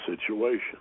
situation